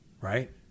right